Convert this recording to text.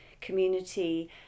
community